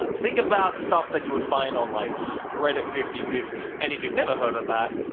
and think about stuff that you would find on like reddit fifty fifty and if you've never heard of that,